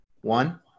one